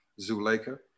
Zuleika